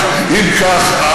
אם כך,